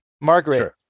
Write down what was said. Margaret